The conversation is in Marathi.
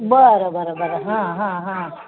बरं बरं बरं हा हा हा